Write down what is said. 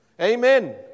Amen